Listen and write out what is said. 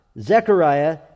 Zechariah